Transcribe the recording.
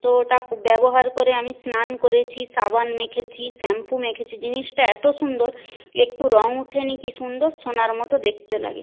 তো ওটা ব্যবহার করে আমি স্নান করেছি সাবান মেখেছি শ্যাম্পু মেখেছি জিনিসটা এতো সুন্দর একটু রঙ উঠে নি কি সুন্দর সোনার মতো দেখতে লাগে